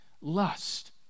lust